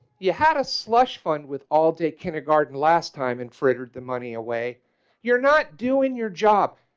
you had a slush fund with allday kindergarten last time in frigid the money away you're, not doing your job,